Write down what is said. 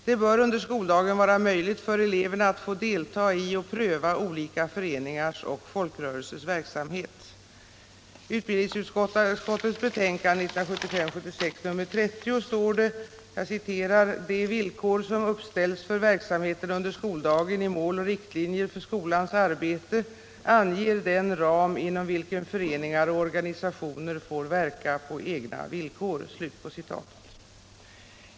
Det bör under skoldagen vara möjligt för eleverna att få delta i och pröva olika föreningars och folkrörelsers verksamhet. ”De villkor som uppställs för verksamheten under skoldagen i mål och riktlinjer för skolans arbete anger den ram inom vilken föreningar och organisationer får verka på egna villkor.”